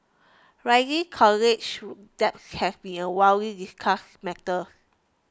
rising college debt has been a widely discussed matter